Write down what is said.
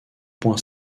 point